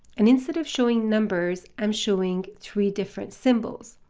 and instead of showing numbers, i'm showing three different symbols.